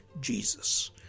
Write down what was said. Jesus